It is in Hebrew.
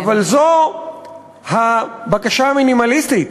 אבל זו הבקשה המינימליסטית.